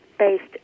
based